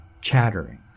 chattering